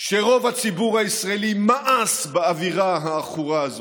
שרוב הציבור הישראלי מאס באווירה העכורה הזאת.